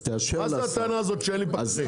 מה זה הטענה הזאת שאין לי פקחים?